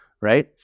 right